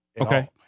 Okay